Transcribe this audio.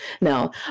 no